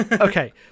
okay